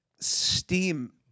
steam